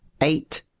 eight